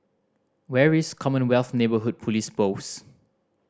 where is Commonwealth Neighbourhood Police Post